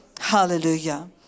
Hallelujah